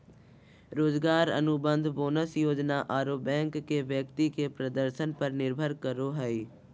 रोजगार अनुबंध, बोनस योजना आरो बैंक के व्यक्ति के प्रदर्शन पर निर्भर करो हइ